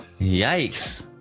yikes